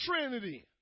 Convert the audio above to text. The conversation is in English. Trinity